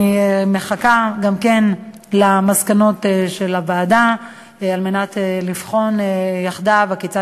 ואני מחכה גם כן למסקנות של הוועדה כדי לבחון יחדיו כיצד